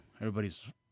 everybody's